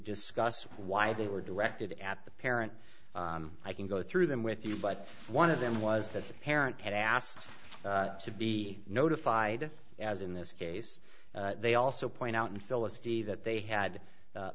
discuss why they were directed at the parent i can go through them with you but one of them was that the parent had asked to be notified as in this case they also point out in felicity that they had